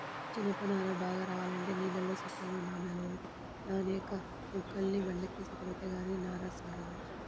జనప నార బాగా రావాలంటే నీళ్ళల్లో సక్కంగా నానాలి, నానేక మొక్కల్ని బండకేసి కొడితే గానీ నార సాగదు